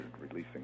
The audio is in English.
releasing